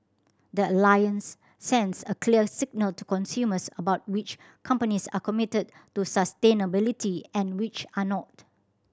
the Alliance sends a clear signal to consumers about which companies are committed to sustainability and which are not